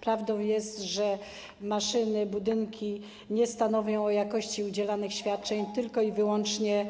Prawdą jest, że maszyny ani budynki nie stanowią o jakości udzielanych świadczeń, tylko wyłącznie